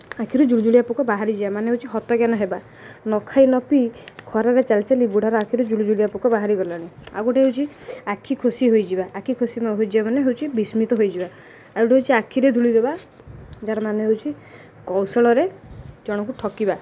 ଆଖିରୁ ଜୁଳଜୁଆ ପୋକ ବାହାରିଯାଏ ମାନେ ହେଉଛି ହତଜ୍ଞାନ ହେବା ନ ଖାଇ ନ ପିଇ ଖରାରେ ଚାଲିଚାଲି ବୁଢ଼ାର ଆଖିରୁ ଜୁଳୁଜୁଳିଆ ପୋକ ବାହାରିଗଲାଣି ଆଉ ଗୋଟେ ହେଉଛି ଆଖି ଖୁସି ହୋଇଯିବା ଆଖି ଖୁସି ହୋଇଯିବା ମାନେ ହେଉଛି ବିସ୍ମିତ ହୋଇଯିବା ଆଉ ଗୋଟେ ହେଉଛି ଆଖିରେ ଧୂଳି ଦେବା ଯାହାର ମାନେ ହେଉଛି କୌଶଳରେ ଜଣକୁ ଠକିବା